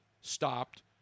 stopped